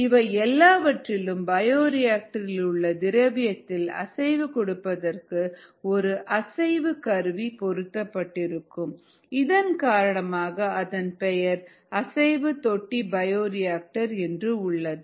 இவை எல்லாவற்றிலும் பயோரியாக்டர் இலுள்ள திரவியத்தில் அசைவு கொடுப்பதற்கு ஒரு அசைவு கருவி பொருத்தப்பட்டிருக்கும் இதன் காரணமாக அதன் பெயர் அசைவு தொட்டி பயோரியாக்டர் என்று உள்ளது